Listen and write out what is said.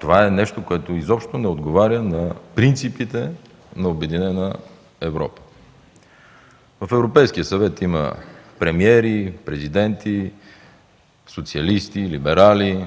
Това е нещо, което изобщо не отговаря на принципите на Обединена Европа. В Европейския съвет има премиери, президенти, социалисти, либерали,